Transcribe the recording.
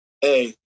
hey